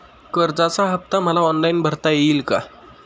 कर्जाचा हफ्ता मला ऑनलाईन भरता येईल का?